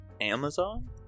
Amazon